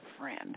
Friend